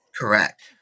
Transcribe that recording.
Correct